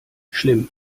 schlimm